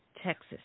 Texas